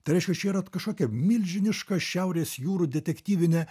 tai reiškia čia yra kažkokia milžiniška šiaurės jūrų detektyvinė